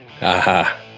aha